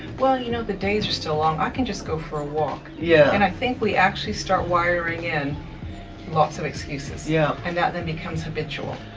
well, you know, the days are still long. i can just go for a walk. yeah and i think we actually start wiring in lots of excuses, yeah and that then becomes habitual.